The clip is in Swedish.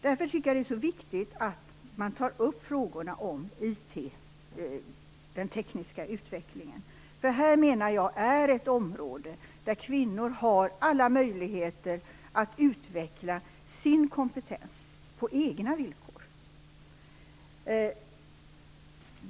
Jag tycker därför att det är viktigt att man tar upp frågorna om IT och den tekniska utvecklingen. Jag menar att det här är ett område där kvinnor har möjlighet att utveckla sin kompetens på egna villkor.